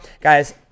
Guys